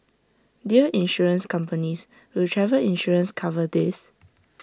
Dear Insurance companies will travel insurance cover this